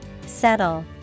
Settle